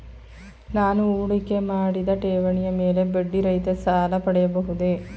ನಾನು ಹೂಡಿಕೆ ಮಾಡಿದ ಠೇವಣಿಯ ಮೇಲೆ ಬಡ್ಡಿ ರಹಿತ ಸಾಲ ಪಡೆಯಬಹುದೇ?